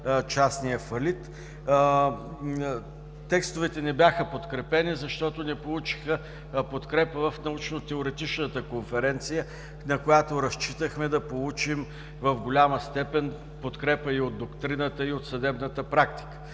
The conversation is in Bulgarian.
частния фалит. Текстовете не бяха подкрепени, защото не получиха подкрепа в Научно-теоретичната конференция, на която разчитахме да получим в голяма степен подкрепа и от доктрината, и от съдебната практика.